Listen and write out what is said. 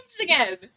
again